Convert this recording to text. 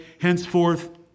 Henceforth